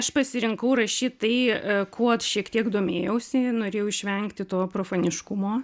aš pasirinkau rašyt tai kuo šiek tiek domėjausi norėjau išvengti to profaniškumo